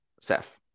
Seth